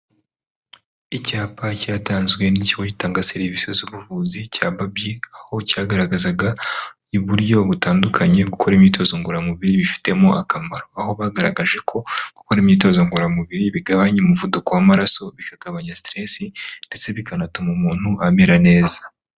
Icyapa cyatanzwe n'ikigo gitanga serivisi z'ubuvuzi cya Babi, aho cyagaragazaga uburyo butandukanye gukora imyitozo ngororamubiri bifitemo akamaro. Aho bagaragaje ko gukora imyitozo ngororamubiri bigabanya umuvuduko w'amaraso, bikagabanya sitiresi ndetse bikanatuma umuntu amera neza.